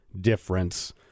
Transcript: difference